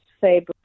say